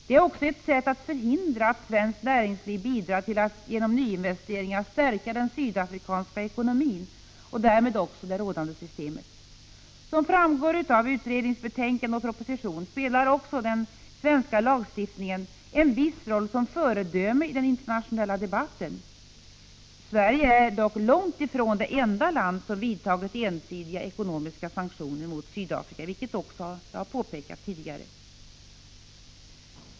Det är också ett sätt att förhindra att svenskt näringsliv bidrar till att genom nyinvesteringar stärka den sydafrikanska ekonomin och därmed också det rådande systemet. Som framgår av utredningsbetänkande och proposition spelar också den svenska lagstiftningen en viss roll som föredöme i den internationella debatten. Sverige är dock långt ifrån det enda land som har vidtagit ensidiga ekonomiska sanktioner mot Sydafrika, vilket jag har påpekat tidigare.